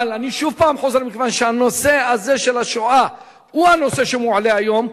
אבל אני שוב חוזר: מכיוון שהנושא הזה של השואה הוא הנושא שמועלה היום,